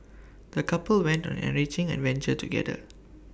the couple went on an enriching adventure together